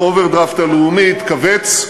האוברדרפט הלאומי התכווץ.